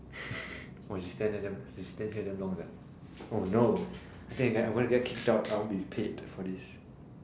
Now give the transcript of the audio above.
!wah! she stand there she stand there damn long sia oh no I think I will get kicked out I won't be paid for this